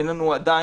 אין לנו עדיין,